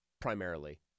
primarily